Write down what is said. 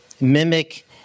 mimic